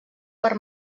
per